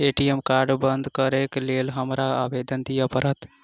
ATM card बंद करैक लेल हमरा आवेदन दिय पड़त?